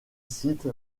cite